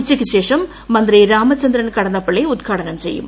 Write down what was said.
ഉച്ചയ്ക്ക്ശേഷം മന്ത്രി രാമചന്ദ്രൻ കടന്നപ്പള്ളി ഉദ്ഘാടനം ചെയ്യും